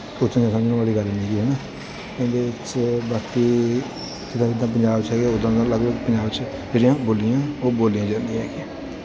ਸੋਚਣ ਜਾਂ ਸਮਝਣ ਵਾਲੀ ਗੱਲ ਨਹੀਂ ਹੈਗੀ ਹੈ ਨਾ ਇਹ ਦੇ ਵਿੱਚ ਬਾਕੀ ਜਿੱਦਾਂ ਜਿੱਦਾਂ ਪੰਜਾਬ 'ਚ ਹੈਗਾ ਉੱਦਾਂ ਉੱਦਾਂ ਦਾ ਅਲੱਗ ਅਲੱਗ ਪੰਜਾਬ 'ਚ ਜਿਹੜੀਆਂ ਬੋਲੀਆਂ ਉਹ ਬੋਲੀਆਂ ਜਾਂਦੀਆਂ ਹੈਗੀਆਂ